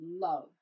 love